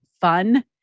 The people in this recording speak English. fun